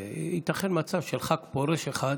ייתכן מצב של ח"כ פורש אחד